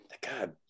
God